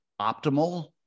optimal